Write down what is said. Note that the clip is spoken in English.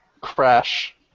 crash